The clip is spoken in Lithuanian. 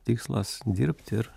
tikslas dirbt ir